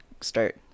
start